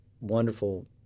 wonderful